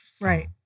right